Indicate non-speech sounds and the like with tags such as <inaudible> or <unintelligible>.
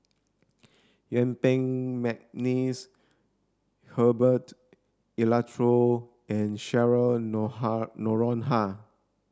Yuen Peng McNeice Herbert Eleuterio and Cheryl <unintelligible> Noronha